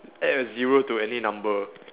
add a zero to any number